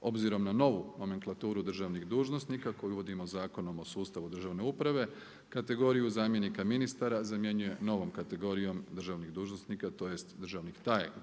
obzirom na novu nomenklaturu državnih dužnosnika koju uvodimo Zakonom o sustavu državne uprave kategoriju zamjenika ministara zamjenjuje novom kategorijom državnih dužnosnika tj. državnih